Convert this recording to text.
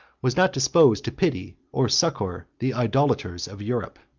was not disposed to pity or succor the idolaters of europe.